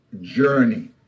journey